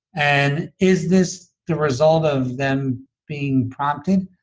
and is this the result of them being prompted?